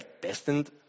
destined